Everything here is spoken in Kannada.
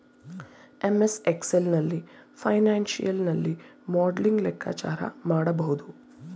ಎಂ.ಎಸ್ ಎಕ್ಸೆಲ್ ನಲ್ಲಿ ಫೈನಾನ್ಸಿಯಲ್ ನಲ್ಲಿ ಮಾಡ್ಲಿಂಗ್ ಲೆಕ್ಕಾಚಾರ ಮಾಡಬಹುದು